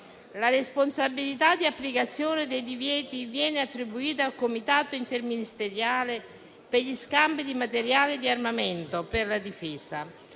La responsabilità di applicazione dei divieti viene attribuita al Comitato interministeriale per gli scambi di materiale di armamento per la difesa,